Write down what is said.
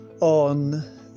on